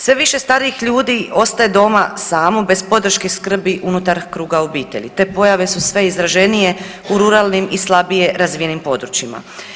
Sve više starijih ljudi ostaje doma samo bez podrške skrbi unutar kruga obitelji, te pojave su sve izraženije u ruralnim i slabije razvijenim područjima.